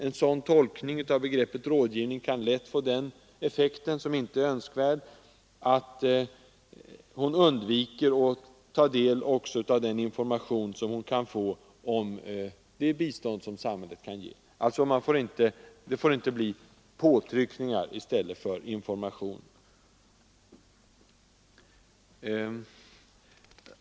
En sådan tolkning av begreppet rådgivning kan lätt få den effekten, som inte är önskvärd, att hon undviker att ta del också av information om det bistånd som samhället kan ge. Det får inte bli påtryckningar i stället för information.